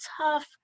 tough